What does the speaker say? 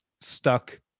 stuck